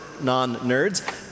non-nerds